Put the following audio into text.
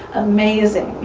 amazing!